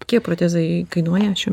kiek protezai kainuoja šiuo